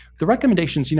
the recommendations, you know